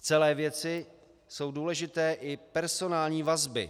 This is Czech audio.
V celé věci jsou důležité i personální vazby.